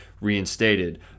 reinstated